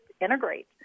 integrate